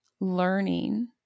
learning